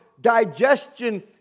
digestion